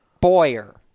Boyer